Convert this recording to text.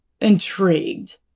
intrigued